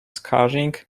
scarring